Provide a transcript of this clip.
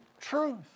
truth